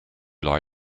lie